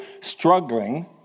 struggling